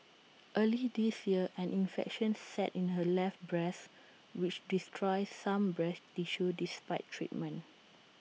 early this year an infection set in her left breast which destroyed some breast tissue despite treatment